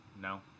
No